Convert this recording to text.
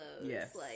Yes